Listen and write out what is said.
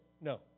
No